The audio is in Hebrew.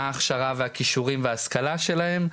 מה ההכשרה והכישורים וההשכלה שלהם.